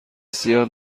سیاه